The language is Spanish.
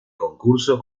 concurso